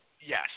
yes